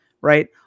right